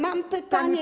Mam pytanie.